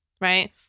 Right